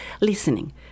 listening